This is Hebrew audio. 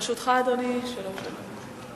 לרשותך, אדוני, שלוש דקות.